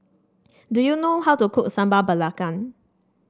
do you know how to cook Sambal Belacan